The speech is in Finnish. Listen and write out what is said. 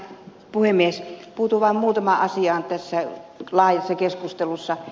puutun vaan muutamaan asiaan tässä laajassa keskustelussa